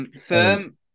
firm